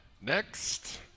Next